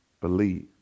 believe